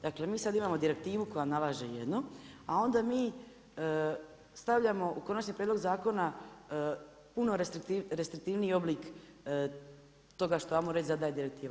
Dakle mi sada imamo direktivu koja nalaže jedno a onda mi stavljamo u konačni prijedlog zakona puno restriktivniji oblik toga što ajmo reći da zadaje direktiva.